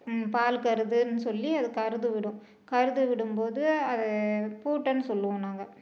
பால் கருதுனு சொல்லி கருது விடும் கருது விடும் போது அது பூட்டன்னு சொல்லுவோம் நாங்கள்